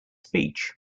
speech